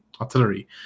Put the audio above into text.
artillery